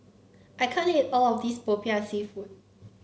I can't eat all of this Popiah seafood